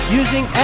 using